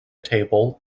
table